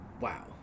Wow